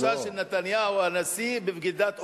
אמרת: פגישה של נתניהו והנשיא בוועידת איפא"ק.